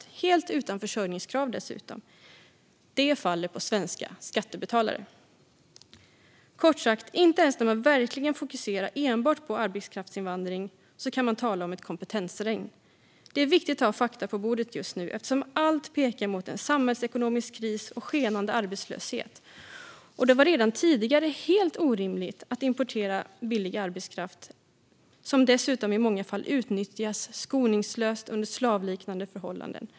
De var dessutom helt utan försörjningskrav. Det faller på svenska skattebetalare. Kort sagt: Inte ens när man verkligen fokuserar enbart på arbetskraftsinvandring kan man tala om ett kompetensregn. Det är viktigt att ha fakta på bordet just nu eftersom allt pekar mot en samhällsekonomisk kris och skenande arbetslöshet. Det var redan tidigare helt orimligt att importera billig arbetskraft, som dessutom i många fall utnyttjas skoningslöst under slavliknande förhållanden.